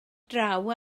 draw